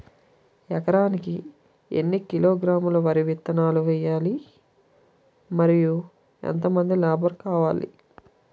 ఎకరానికి ఎన్ని కిలోగ్రాములు వరి విత్తనాలు వేయాలి? మరియు ఎంత మంది లేబర్ కావాలి?